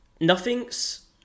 nothings